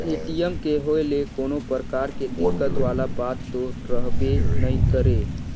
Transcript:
ATM के होए ले कोनो परकार के दिक्कत वाला बात तो रहबे नइ करे